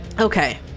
Okay